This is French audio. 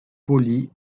polie